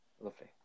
lovely